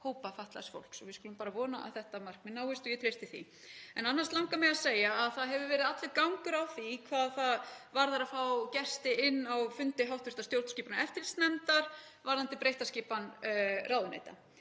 hópa fatlaðs fólks og við skulum bara vona að þetta markmið náist og ég treysti því. Annars langar mig að segja að það hefur verið allur gangur á því hvað það varðar að fá gesti inn á fundi hv. stjórnskipunar- og eftirlitsnefndar varðandi breytta skipan ráðuneyta.